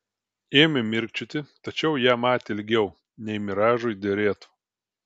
ėmė mirkčioti tačiau ją matė ilgiau nei miražui derėtų